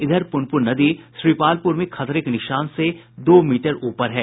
इधर पुनपुन नदी श्रीपालपुर में खतरे के निशान से दो मीटर ऊपर है